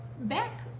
Back